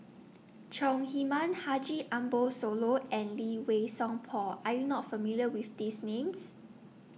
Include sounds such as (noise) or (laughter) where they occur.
(noise) Chong Heman Haji Ambo Sooloh and Lee Wei Song Paul Are YOU not familiar with These Names